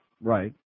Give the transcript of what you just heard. Right